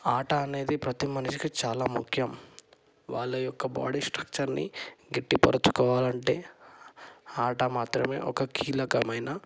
ఆట అనేది ప్రతి మనిషికి చాలా ముఖ్యం వాళ్ళ యొక్క బాడీ స్ట్రక్చర్ని గట్టిపరచుకోవాలంటే ఆట మాత్రమే ఒక కీలకమైన